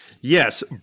Yes